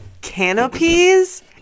canopies